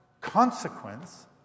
consequence